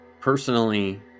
personally